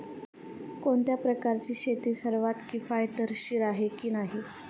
कोणत्या प्रकारची शेती सर्वात किफायतशीर आहे आणि का?